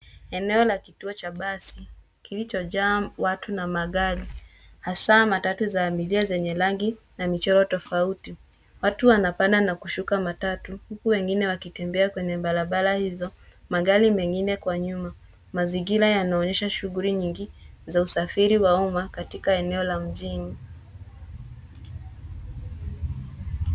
Eneo la kituo cha basi kilichojaa watu na magari, hasa matatu za abiria zenye rangi na michoro tofauti. Watu wanapanda na kushuka matatu, huku wengine wakitembea kwenye barabara hizo, magari mengine kwa nyuma. Mazingira yanaonyesha shughuli nyingi, za usafiri wa uma katika eneo la mjini.